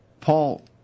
Paul